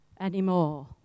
anymore